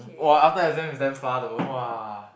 !wah! after exam is damn far though !wah!